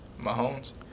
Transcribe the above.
Mahomes